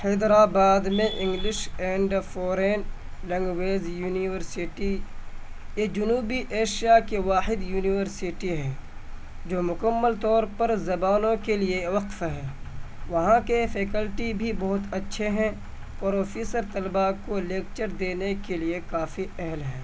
حیدرآباد میں English and foreign language university یہ جنوبی ایشیا کی واحد یونیورسٹی ہے جو مکمل طور پر زبانوں کے لیے وقف ہے وہاں کے فیکلٹی بھی بہت اچھے ہیں پروفیسر طلباء کو لیکچر دینے کے لیے کافی اہل ہیں